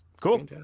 Cool